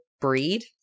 breed